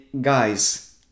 guys